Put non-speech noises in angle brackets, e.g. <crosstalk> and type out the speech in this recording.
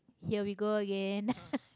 here we go again <laughs>